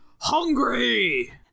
Hungry